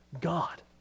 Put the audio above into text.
God